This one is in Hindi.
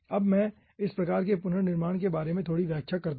अब मैं इस प्रकार के पुनर्निर्माण के बारे में थोड़ी व्याख्या करता हूं